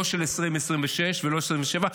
לא של 2026 ולא 2027,